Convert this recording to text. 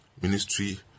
Ministry